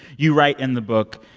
you write in the book,